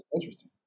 interesting